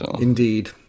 Indeed